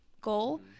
goal